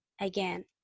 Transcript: again